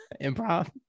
improv